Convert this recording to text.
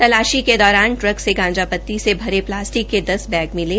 तलाशी के दौरान ट्रक से गांजा त्ती से भरे प्लास्टिक के बैग मिले